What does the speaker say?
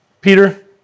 Peter